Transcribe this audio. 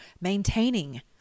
maintaining